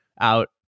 out